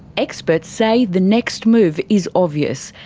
experts say the next move is obvious.